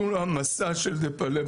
ונתנו לו העמסה של דפלפס.